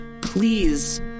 Please